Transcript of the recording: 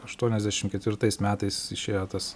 aštuoniasdešimt ketvirtais metais išėjo tas